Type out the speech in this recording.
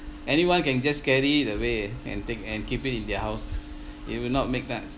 anyone can just carry it away and take and keep it in their house it will not make that